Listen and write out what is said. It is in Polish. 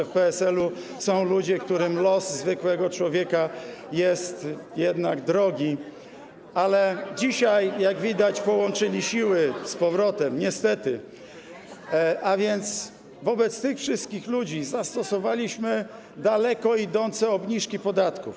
w PSL-u są ludzie, którym los zwykłego człowieka jest jednak drogi, ale dzisiaj, jak widać, połączyli siły z powrotem niestety, wobec tych wszystkich ludzi zastosowaliśmy daleko idące obniżki podatków.